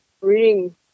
reading